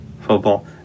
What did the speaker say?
football